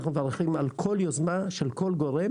אנחנו מברכים על כל יוזמה של כל גורם